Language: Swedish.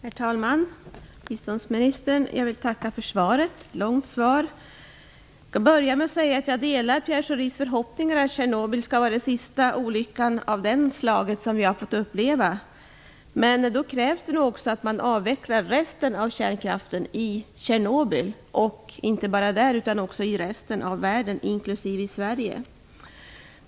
Herr talman! Jag ber att få tacka biståndsministern för ett långt svar. Jag vill först säga att jag delar Pierre Schoris förhoppning att Tjernobylolyckan skall vara den sista olyckan av det slaget som vi får uppleva. Men det krävs då att man avvecklar resten av kärnkraften i Tjernobyl, och inte bara där utan också i resten av världen, inklusive i Sverige.